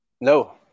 No